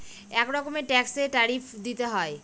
এক রকমের ট্যাক্সে ট্যারিফ দিতে হয়